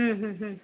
हम्म हम्म हम्म